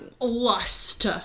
Lust